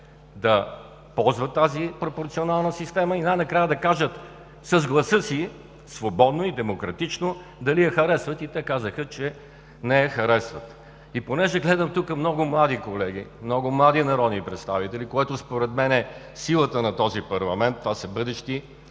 да ползват тази пропорционална система и най-накрая да кажат с гласа си свободно и демократично дали я харесват. И те казаха, че не я харесват. И понеже гледам тук много млади колеги, много млади народни представители, което според мен е силата на този парламент, това са бъдещи